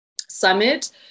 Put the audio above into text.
summit